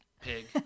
pig